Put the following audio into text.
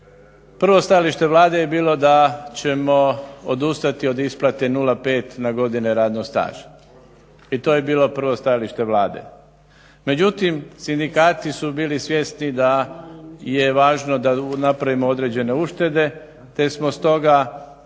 prvo stajalište Vlade je bilo da ćemo odustati od isplate 0,5 na godine radnog staža i to je bilo prvo stajalište Vlade, međutim sindikati su bili svjesni da je važno da napravimo određene uštede te smo stoga